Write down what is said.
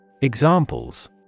Examples